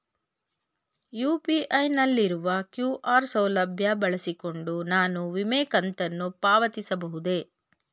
UPI ನಲ್ಲಿರುವ QR ಸೌಲಭ್ಯ ಬಳಸಿಕೊಂಡು ನಾನು ವಿಮೆ ಕಂತನ್ನು ಪಾವತಿಸಬಹುದೇ?